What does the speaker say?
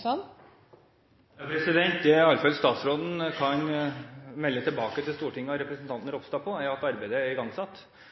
statsråden iallfall kan melde tilbake til Stortinget og representanten Ropstad om, er at arbeidet er igangsatt.